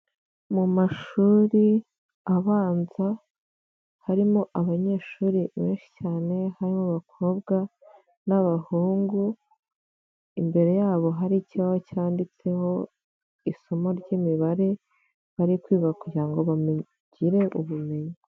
Mu mashuri abanza harimo abanyeshuri benshi cyane, harimo abakobwa n'abahungu, imbere yabo hari ikibazo cyanditseho isomo ry'imibare, bari kwiga kugira ngo bamenye bagire ubumenyi.